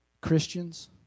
Christians